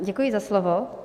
Děkuji za slovo.